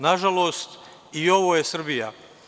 Nažalost, i ovo je Srbija.